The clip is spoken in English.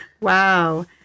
Wow